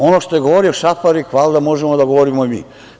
Ono što je govorio Šafarik valjda možemo da govorimo i mi.